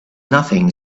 nothing